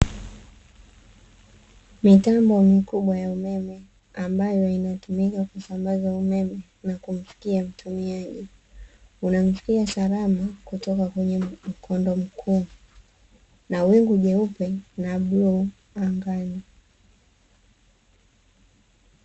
Mitambo mikubwa ya umeme ambayo inatumika kusambaza umeme nakumfikia mtumiaji, unamfikia salama kutoka kwenye mkondo mkuu na wingu jeupe na bluu angani.